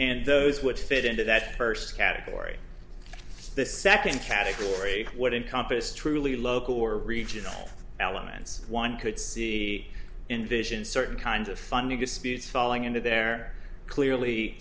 and those which fit into that first category the second category what encompass truly local or regional elements one could see in vision certain kinds of funding disputes falling into their clearly